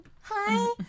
Hi